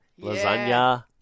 Lasagna